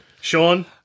Sean